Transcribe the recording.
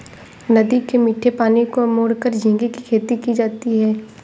नदी के मीठे पानी को मोड़कर झींगे की खेती की जाती है